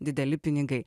dideli pinigai